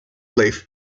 leaf